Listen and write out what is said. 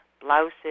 blouses